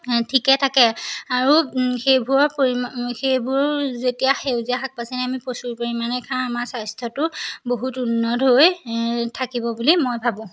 ঠিকে থাকে আৰু সেইবোৰৰ পৰিমাণ সেইবোৰ যেতিয়া সেউজীয়া শাক পাচলি আমি প্ৰচুৰ পৰিমাণে খাওঁ আমাৰ স্বাস্থ্যটো বহুত উন্নত হৈ থাকিব বুলি মই ভাবোঁ